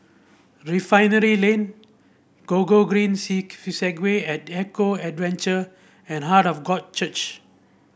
Refinery Lane Go Gogreen Segway at Eco Adventure and Heart of God Church